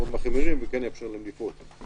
אתם צריכים להתחיל את זה עכשיו.